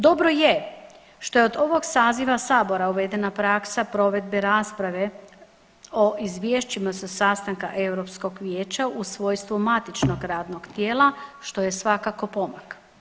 Dobro je što je od ovog saziva sabora uvedena praksa provedbe rasprave o izvješćima sa sastanka Europskog vijeća u svojstvu matičnog radnog tijela, što je svakako pomak.